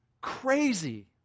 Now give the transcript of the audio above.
crazy